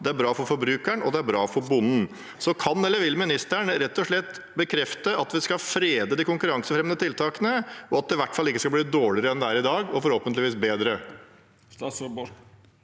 Det er bra for forbrukeren, og det er bra for bonden. Kan eller vil ministeren rett og slett bekrefte at vi skal frede de konkurransefremmende tiltakene, og at det i hvert fall ikke skal bli dårligere enn det er i dag – og forhåpentligvis bedre?